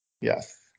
Yes